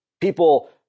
People